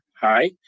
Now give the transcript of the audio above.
Hi